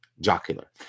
jocular